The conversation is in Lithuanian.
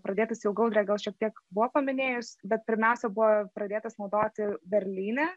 pradėtas jau gaudrė gal šiek tiek buvo paminėjus bet pirmiausia buvo pradėtas naudoti berlyne